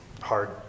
hard